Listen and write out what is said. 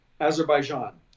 Azerbaijan